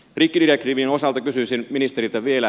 rikkidirektiivin osalta kysyisin ministeriltä vielä